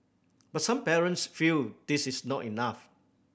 but some parents feel this is not enough